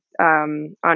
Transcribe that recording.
on